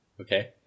Okay